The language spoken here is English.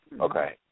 Okay